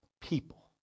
people